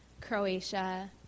Croatia